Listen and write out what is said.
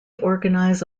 organize